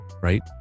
right